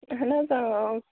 اَہَن حظ